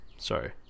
Sorry